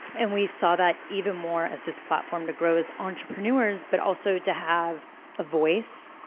and we saw that even more as this platform to grow as entrepreneurs, but also to have a voice.